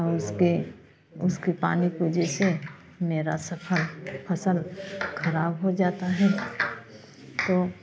और उसके उसके पानी के वजह से मेरा सफल फसल ख़राब हो जाता है तो